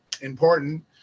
important